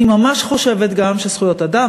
אני ממש חושבת גם שזכויות אדם,